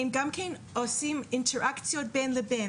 הם גם כן עושים אינטראקציות בין לבין.